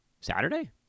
Saturday